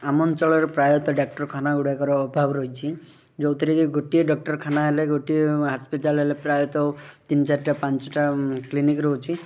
ଆମ ଅଞ୍ଚଳରେ ପ୍ରାୟତଃ ଡାକ୍ଟରଖାନା ଗୁଡ଼ାକର ଅଭାବ ରହିଛି ଯେଉଁଥିରେ କି ଗୋଟିଏ ଡକ୍ଟରଖାନା ହେଲେ ଗୋଟିଏ ହସ୍ପିଟାଲ୍ ହେଲେ ପ୍ରାୟତଃ ତିନି ଚାରିଟା ପାଞ୍ଚଟା କ୍ଲିନିକ୍ ରହୁଛି